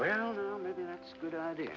welder maybe that's a good idea